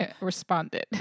responded